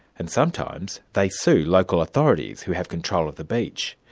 and sometimes they sue local authorities who have control of the beach.